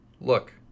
look